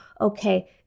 okay